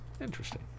interesting